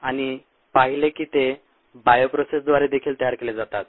आणि पाहिले की ते बायोप्रोसेसेसद्वारे देखील तयार केले जातात